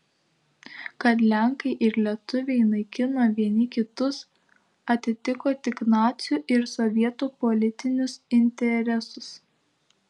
kad lenkai ir lietuviai naikino vieni kitus atitiko tik nacių ir sovietų politinius interesus